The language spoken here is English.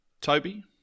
Toby